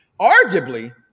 arguably